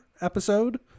Episode